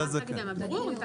--- מדובר, לתאגידי מים ברור.